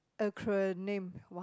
acronym !wow!